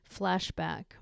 flashback